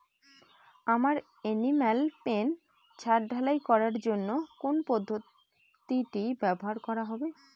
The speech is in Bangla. আমার এনিম্যাল পেন ছাদ ঢালাই করার জন্য কোন পদ্ধতিটি ব্যবহার করা হবে?